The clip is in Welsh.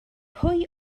pwy